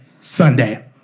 Sunday